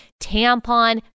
tampon